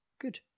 good